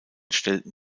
stellten